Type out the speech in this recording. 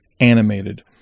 Animated